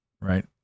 right